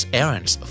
errands